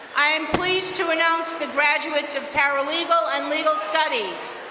i am pleased to announce the graduates and paralegal and legal studies.